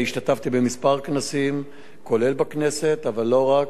השתתפתי בכמה כנסים, כולל בכנסת אבל לא רק,